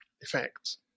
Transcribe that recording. effects